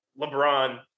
LeBron –